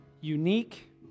unique